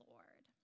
Lord